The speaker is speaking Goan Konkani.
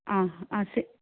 आह आ सॅ